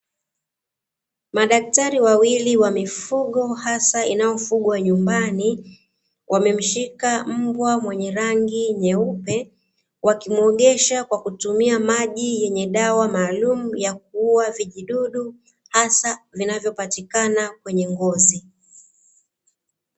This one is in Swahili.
Madaktari wawili wa mifugo hasa inayofugwa nyumbani wamemshika mbwa mwenye rangi nyeupe, wakimuogesha kwa kutumia maji yenye dawa maalumu ya kuuwa vijidudu hasa vinavyopatikana kwenye ngozi.